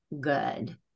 good